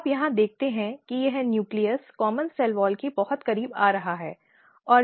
अब आप देख सकते हैं कि यह न्यूक्लियस आम सेल वॉल के बहुत करीब आ रहा है